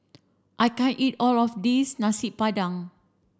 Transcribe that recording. I can't eat all of this Nasi Padang